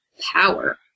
power